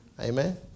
Amen